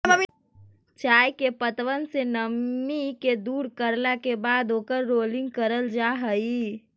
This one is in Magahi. चाय के पत्तबन से नमी के दूर करला के बाद ओकर रोलिंग कयल जा हई